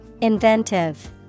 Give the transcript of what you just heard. Inventive